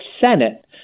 Senate